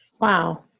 Wow